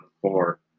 four